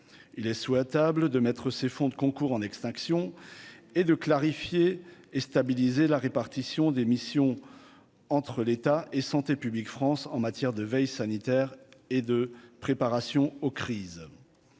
il est souhaitable de mettre ces fonds de concours en extinction et de clarifier et stabiliser la répartition des missions entre l'État et santé publique France en matière de veille sanitaire et de préparation aux crises,